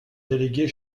déléguée